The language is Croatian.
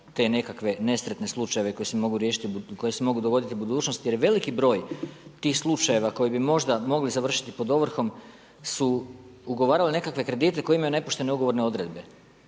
te nekakve nesretne slučajeve koji se mogu dogoditi u budućnosti jer je veliki broj tih slučajeva koji bi možda mogli završiti pod ovrhom su ugovarali nekakve kredite koji imaju nepoštene ugovorene odredbe